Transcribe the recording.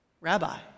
Rabbi